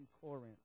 Corinth